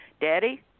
Daddy